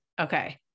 Okay